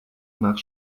nach